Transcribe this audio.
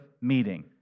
meeting